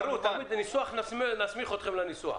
ברור, אנחנו מסמיכים אתכם לנסח.